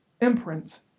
imprint